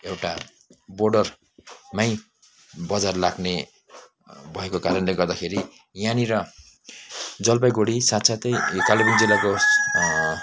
एउटा बोर्डरमै बजार लाग्ने भएको कारणले गर्दाखेरि यहाँनिर जलपाइगुढी साथ साथै यो कालेबुङ जिल्लाको